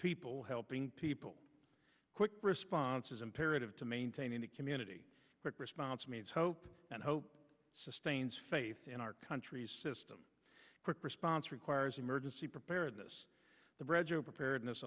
people helping people quick response is imperative to maintaining a community response means hope and hope sustains faith in our country's system quick response requires emergency preparedness the bridge or preparedness